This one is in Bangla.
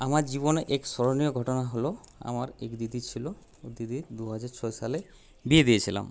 আমার জীবনে এক স্মরণীয় ঘটনা হল আমার এক দিদি ছিল দিদির দুহাজার ছয় সালে বিয়ে দিয়েছিলাম